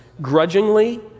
grudgingly